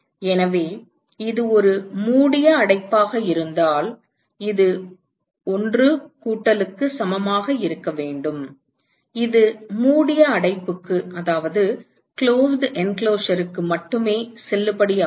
எனவே இது ஒரு மூடிய அடைப்பாக இருந்தால் இது 1 கூட்டலுக்கு சமமாக இருக்க வேண்டும் இது மூடிய அடைப்புக்கு மட்டுமே செல்லுபடியாகும்